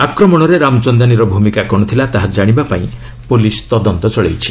ଆକ୍ରମଣରେ ରାମଚନ୍ଦାନୀର ଭୂମିକା କ'ଣ ଥିଲା ତାହା ଜାଣିବାପାଇଁ ପୁଲିସ୍ ତଦନ୍ତ ଚଳାଇଛି